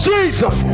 Jesus